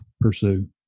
pursue